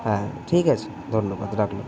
হ্যাঁ ঠিক আছে ধন্যবাদ রাকলাম